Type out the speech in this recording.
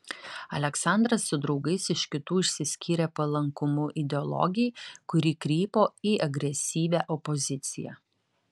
aleksandras su draugais iš kitų išsiskyrė palankumu ideologijai kuri krypo į agresyvią opoziciją